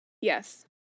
Yes